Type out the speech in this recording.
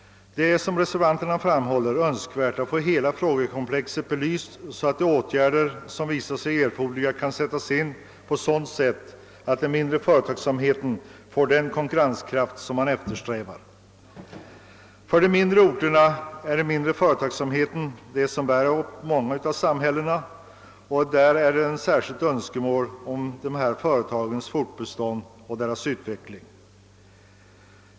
Som reservanterna framhåller är det önskvärt att hela frågekomplexet blir belyst, så att de åtgärder som visar sig erforderliga kan sättas in på sådant sätt att den mindre företagsamheten får den konkurrenskraft som man eftersträvar. För många av de mindre orterna är de små och medelstora företagen de som bär upp samhällena, och det föreligger där ett särskilt önskemål om dessa företags fortbestånd och utveckling.